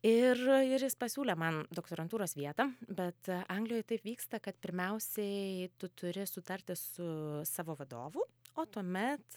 ir ir jis pasiūlė man doktorantūros vietą bet anglijoj taip vyksta kad pirmiausiai tu turi sutarti su savo vadovu o tuomet